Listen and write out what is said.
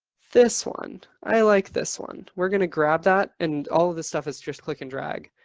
this one. i like this one. we're going to grab that and all of this stuff is just click and drag.